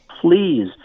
please